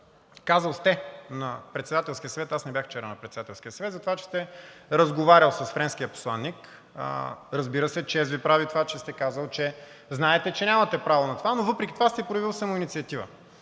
казали на Председателския съвет – аз не бях вчера на Председателския съвет – за това, че сте разговаряли с френския посланик. Разбира се, чест Ви прави това, че сте казали, че знаете, че нямате право на това, но въпреки това сте проявили самоинициатива.